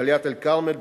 דאלית-אל-כרמל,